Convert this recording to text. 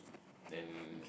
then